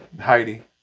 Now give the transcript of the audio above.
Heidi